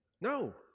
No